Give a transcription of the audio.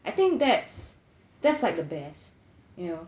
I think that's that's like the best you know